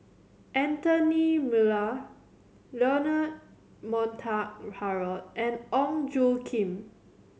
Anthony Miller Leonard Montague Harrod and Ong Tjoe Kim